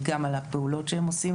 גם לגבי הפעולות שהם עושים.